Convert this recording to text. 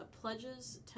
pledges